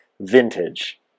Vintage